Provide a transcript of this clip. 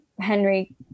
Henry